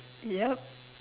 ya